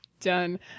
Done